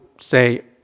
say